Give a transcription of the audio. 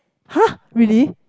[huh] really